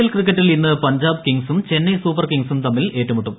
L ക്രിക്കറ്റിൽ ഇന്ന് പഞ്ചാബ് കിങ്സും ചെന്നൈ സൂപ്പർ കിങ്സും തമ്മിൽ ഏറ്റുമുട്ടും